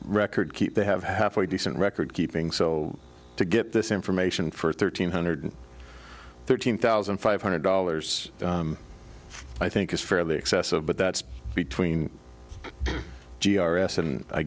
record keep they have halfway decent recordkeeping so to get this information for thirteen hundred thirteen thousand five hundred dollars i think is fairly excessive but that's between g r s and i